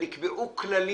היה דיון ונקבעו כללים.